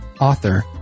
author